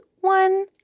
one